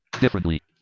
Differently